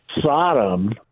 Sodom